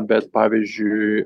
bet pavyzdžiui